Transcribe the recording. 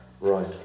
Right